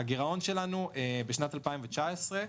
הגירעון שלנו בשנת 2019,